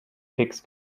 pigs